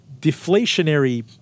deflationary